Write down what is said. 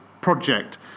project